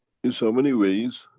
in so many ways,